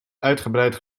uitgebreid